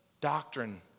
doctrine